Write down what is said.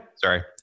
Sorry